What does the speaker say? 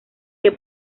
que